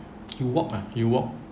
you walk ah you walk